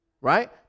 right